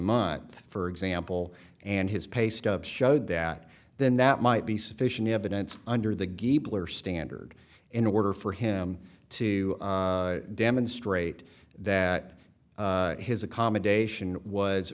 month for example and his pay stubs showed that then that might be sufficient evidence under the gabler standard in order for him to demonstrate that his accommodation was